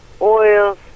oils